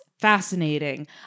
Fascinating